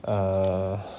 uh